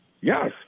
Yes